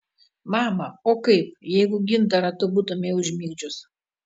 mama o kaip jeigu gintarą tu būtumei užmigdžius